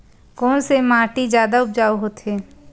कोन से माटी जादा उपजाऊ होथे?